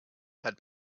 had